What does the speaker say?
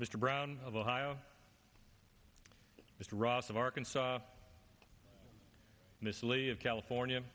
mr brown of ohio mr ross of arkansas mislead california